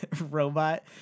robot